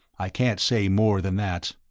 i can't say more than that.